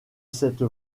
cette